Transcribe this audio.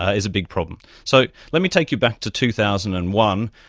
ah is a big problem. so let me take you back to two thousand and one,